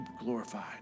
glorified